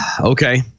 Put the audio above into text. Okay